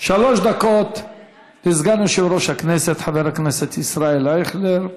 שלוש דקות לסגן יושב-ראש הכנסת חבר הכנסת ישראל אייכלר.